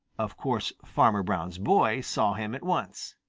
of course farmer brown's boy saw him at once.